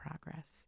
progress